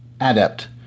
Adept